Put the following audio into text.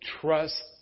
trust